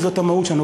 כי זאת המהות שלנו,